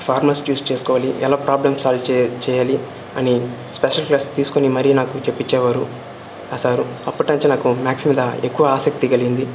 formulas choose చేసుకోవాలి ఎలా problem solve చే చెయ్యాలి అని స్పెషల్ క్లాసెస్ తీసుకొని మరీ నాకు చెప్పిచ్చేవారు ఆ సారూ అప్పటాంచి నాకు మ్యాథ్స్ మీద ఎక్కువ ఆసక్తి కలిగింది